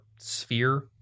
sphere